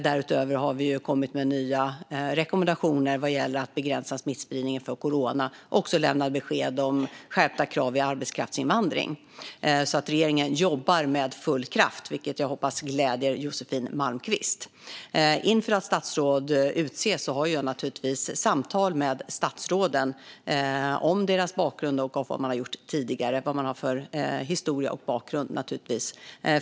Därutöver har vi kommit med nya rekommendationer vad gäller att begränsa smittspridningen av corona. Vi lämnar också besked om skärpta krav vid arbetskraftsinvandring. Regeringen jobbar alltså med full kraft, vilket jag hoppas gläder Josefin Malmqvist. Inför att statsråd utses har jag naturligtvis samtal med kandidaterna om deras bakgrund och vad de har gjort tidigare, vad de har för historia och bakgrund.